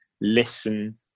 listen